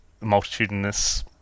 multitudinous